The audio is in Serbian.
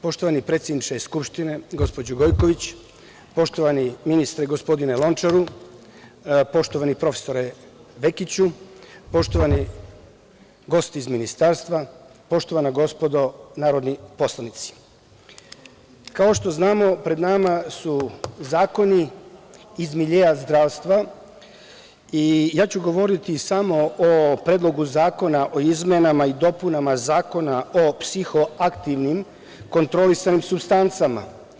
Poštovana predsedniče Skupštine gospođo Gojković, poštovani ministre gospodine Lončar, poštovani profesore Vekiću, poštovani gosti iz ministarstva, poštovana gospodo narodni poslanici, kao što znamo, pred nama su zakoni iz miljea zdravstva i ja ću govoriti samo o Predlogu zakona o izmenama i dopunama Zakona o psihoaktivnim kontrolisanim supstancama.